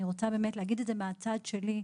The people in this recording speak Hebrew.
אני רוצה להגיד את זה מן הצד שלי.